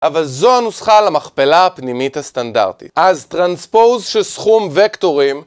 אבל זו הנוסחה למכפלה הפנימית הסטנדרטית. אז טרנספוז של סכום וקטורים